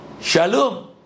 Shalom